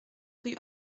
rue